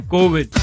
COVID